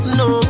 no